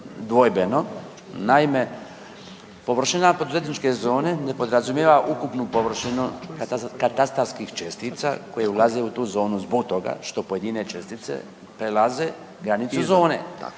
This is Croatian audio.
dvojbeno, naime, površina poduzetničke zone ne podrazumijeva ukupnu površinu katastarskih čestica koje ulaze u tu zonu zbog toga što pojedine čestice prelaze granicu zone. Prema